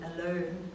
alone